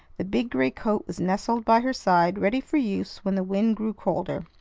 the big gray coat was nestled by her side ready for use when the wind grew colder,